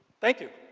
thank you.